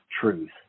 truth